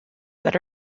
that